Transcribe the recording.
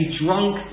drunk